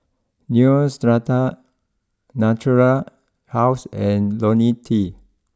Neostrata Natura house and Ionil T